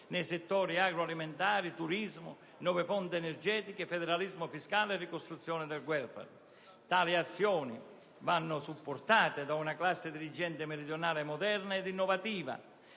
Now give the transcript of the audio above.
sui settori dell'agroalimentare, del turismo, delle nuove fonti energetiche, del federalismo fiscale e della ricostruzione del *welfare*. Tali azioni vanno supportate da una classe dirigente meridionale moderna ed innovativa,